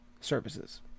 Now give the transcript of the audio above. Services